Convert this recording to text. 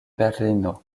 berlino